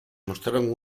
mostraron